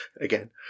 again